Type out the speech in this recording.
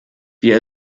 wir